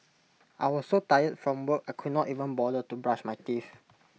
I was so tired from work I could not even bother to brush my teeth